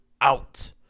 out